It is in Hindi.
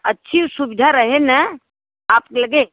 अच्छी सुविधा रहे ना आप देंगे